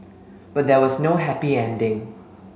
but there was no happy ending